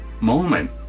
moment